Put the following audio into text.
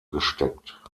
gesteckt